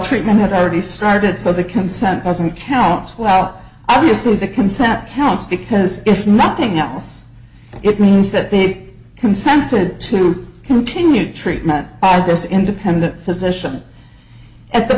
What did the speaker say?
treatment had already started so the consent doesn't count well obviously the consent counts because if nothing else it means that the consented to continue treatment of this independent physician at the